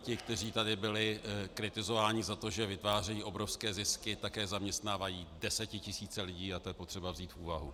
Ti, kteří tady byli kritizováni za to, že vytvářejí obrovské zisky, také zaměstnávají desetitisíce lidí a to je potřeba vzít v úvahu.